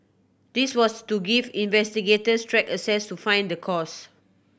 this was to give investigators track access to find the cause